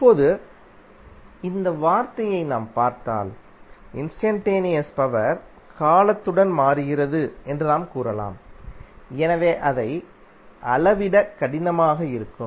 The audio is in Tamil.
இப்போது இந்த வார்த்தையை நாம் பார்த்தால் இன்ஸ்டன்டேனியஸ் பவர் காலத்துடன் மாறுகிறது என்று நாம் கூறலாம் எனவே அதை அளவிட கடினமாக இருக்கும்